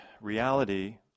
reality